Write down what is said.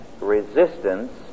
resistance